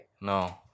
No